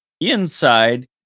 Inside